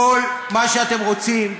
כל מה שאתם רוצים,